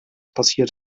passiert